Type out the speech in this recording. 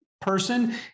person